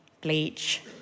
bleach